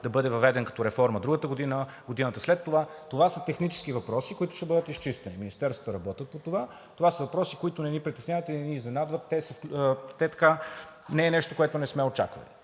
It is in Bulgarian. да бъде въведен като реформа другата година, или годината след това. Това са технически въпроси, които ще бъдат изчистени, и министерствата работят по това. Това са въпроси, които не ни притесняват и не ни изненадват, и не са нещо, което не сме очаквали.